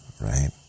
Right